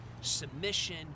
submission